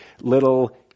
little